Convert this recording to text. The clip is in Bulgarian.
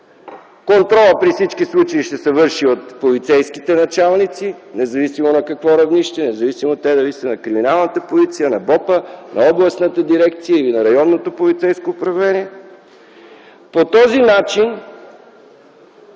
Контролът при всички случаи ще се върши от полицейските началници, независимо на какво равнище - независимо дали са на „Криминална полиция”, или на „БОП”, или на областната дирекция, или на районното полицейско управление. По този начин